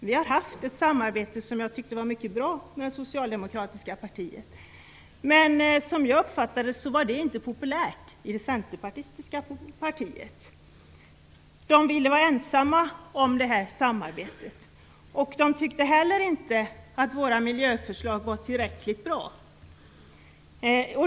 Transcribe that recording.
Vi har haft ett samarbete som jag tyckte var mycket bra med det socialdemokratiska partiet, men som jag uppfattade det var det inte populärt i Centerpartiet. Centerpartisterna ville vara ensamma om samarbetet, och de tyckte heller inte att våra miljöförslag var tillräckligt bra.